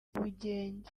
ubugenge